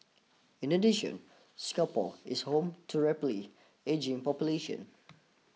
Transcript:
in addition Singapore is home to rapidly ageing population